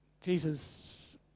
jesus